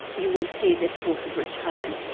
you will see this sort of return.